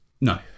No